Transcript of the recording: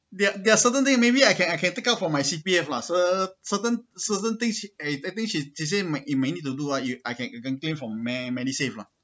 there are there are certain thing maybe I can I can take out from my C_P_F lah cer~ certain certain things she may be she said I might need to do ah I can claim from MediSave ah